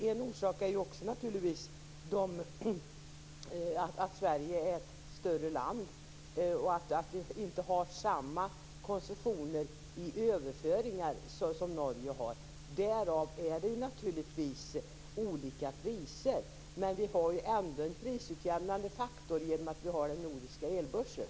En orsak är naturligtvis också att Sverige är ett större land och att vi inte har samma koncessioner för överföringar som Norge har. Därav är det naturligtvis olika priser. Men vi har ändå en prisutjämnande faktor genom den nordiska elbörsen.